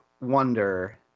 wonder